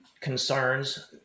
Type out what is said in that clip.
concerns